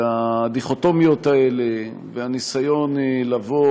הדיכוטומיות האלה והניסיון לבוא